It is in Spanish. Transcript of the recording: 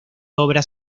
obras